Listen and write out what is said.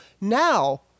now